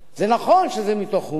זה נכון שזה נאמר מתוך הומור,